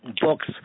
books